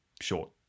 short